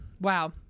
wow